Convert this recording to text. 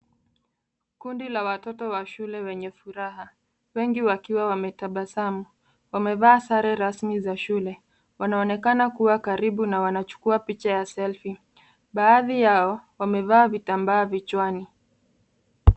Kundi la watoto wa shule wenye furaha, wengi wakiwa wametabasamu. Wamevaa sare rasmi za shule . Wanaonekana kuwa karibu na wanachukua picha ya selfie . Baadhi yao wamevaa vitambaa vichwani.